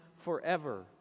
forever